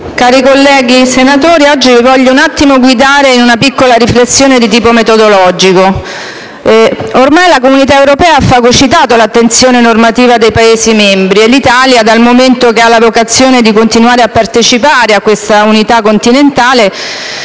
Cari colleghi senatori, oggi vi voglio guidare in una breve riflessione di tipo metodologico. Ormai l'Unione europea ha fagocitato l'attenzione normativa dei Paesi membri e l'Italia, dal momento che ha la vocazione di continuare a partecipare a questa unità continentale,